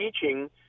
teaching